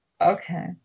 Okay